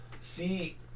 See